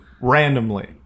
randomly